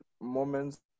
moments